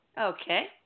Okay